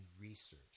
research